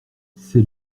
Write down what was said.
c’est